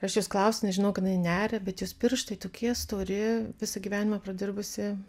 aš jos klausiu nes žinau kad jinai neria bet jos pirštai tokie stori visą gyvenimą pradirbusi